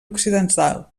occidental